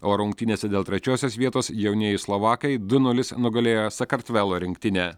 o rungtynėse dėl trečiosios vietos jaunieji slovakai du nulis nugalėjo sakartvelo rinktinę